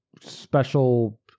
special